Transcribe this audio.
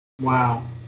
Wow